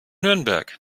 nürnberg